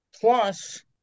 plus